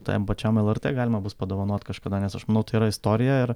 tajam pačiam lrt galima bus padovanot kažkada nes aš manau tai yra istoriją ir